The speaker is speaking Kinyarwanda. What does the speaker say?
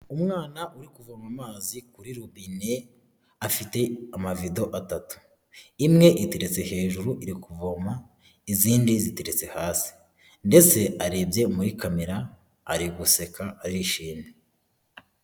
Umwana uri kuvoma mazi kuri rubine, afite amavido atatu. Imwe iteretse hejuru, iri kuvoma, izindi ziteretse hasi. Ndetse arebye muri kamera, ari guseka, arishimye.